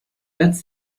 als